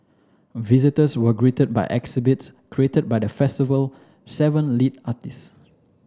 visitors were greeted by exhibits created by the festival seven lead artist